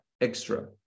extra